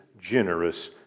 generous